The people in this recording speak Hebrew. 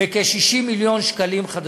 בכ-60 מיליון ש"ח.